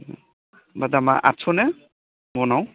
ओमफ्राय दामआ आठस' ने मनआव